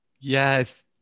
Yes